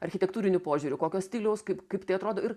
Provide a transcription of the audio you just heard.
architektūriniu požiūriu kokio stiliaus kaip kaip tai atrodo ir